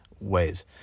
ways